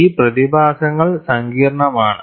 ഈ പ്രതിഭാസങ്ങൾ സങ്കീർണ്ണമാണ്